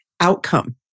outcome